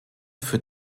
für